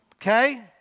okay